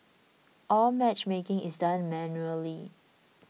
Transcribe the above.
all matchmaking is done manually